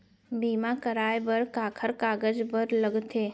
बीमा कराय बर काखर कागज बर लगथे?